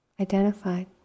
Identified